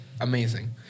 Amazing